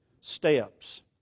steps